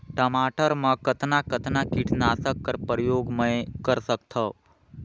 टमाटर म कतना कतना कीटनाशक कर प्रयोग मै कर सकथव?